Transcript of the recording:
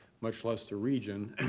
much less the region, and